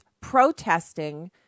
protesting